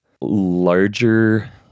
larger